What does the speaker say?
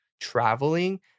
traveling